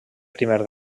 primer